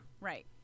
Right